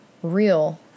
Real